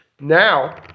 now